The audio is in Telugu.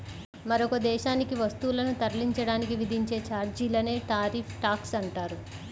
మరొక దేశానికి వస్తువులను తరలించడానికి విధించే ఛార్జీలనే టారిఫ్ ట్యాక్స్ అంటారు